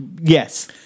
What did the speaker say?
Yes